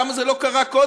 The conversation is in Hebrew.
למה זה לא קרה קודם?